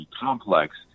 complex